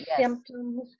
symptoms